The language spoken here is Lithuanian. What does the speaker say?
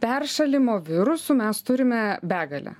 peršalimo virusų mes turime begalę